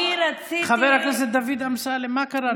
אני רציתי, חבר הכנסת דוד אמסלם, מה קרה?